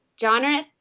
genre